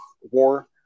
war